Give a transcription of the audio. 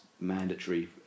mandatory